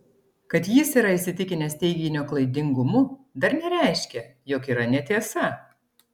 kad jis yra įsitikinęs teiginio klaidingumu dar nereiškia jog yra netiesa